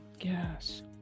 Yes